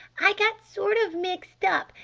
i got sort of mixed up.